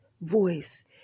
voice